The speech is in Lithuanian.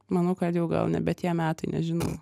manau kad jau gal nebe tie metai nežinau